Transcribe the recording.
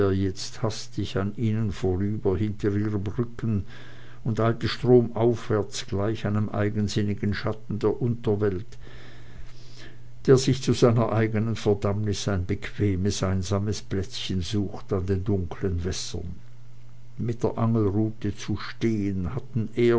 jetzt hastig an ihnen vorüber hinter ihren rücken und eilte stromaufwärts gleich einem eigensinnigen schatten der unterwelt der sich zu seiner verdammnis ein bequemes einsames plätzchen sucht an den dunklen wässern mit der angelrute zu stehen hatten